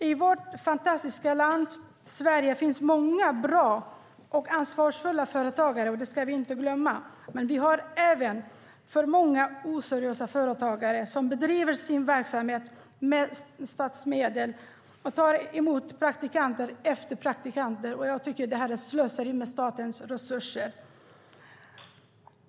I vårt fantastiska land Sverige finns många bra och ansvarsfulla företagare, och det ska vi inte glömma. Men vi har även för många oseriösa företagare som bedriver sin verksamhet med statsmedel och tar emot praktikant efter praktikant. Jag tycker att detta är slöseri med statens resurser.